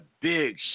big